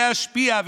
להשפיע,